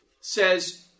says